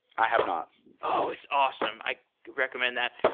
i have not oh! it's awesome. i recommend that.